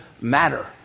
matter